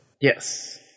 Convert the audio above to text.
Yes